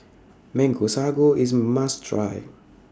Mango Sago IS must Try